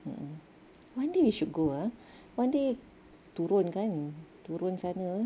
mmhmm one day we should go ah one day turun kan turun sana